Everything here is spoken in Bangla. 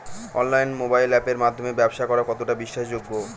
অনলাইনে মোবাইল আপের মাধ্যমে ব্যাবসা করা কতটা বিশ্বাসযোগ্য?